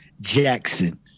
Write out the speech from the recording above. Jackson